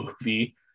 movie